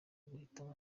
guhitamo